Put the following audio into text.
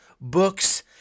books